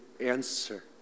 answer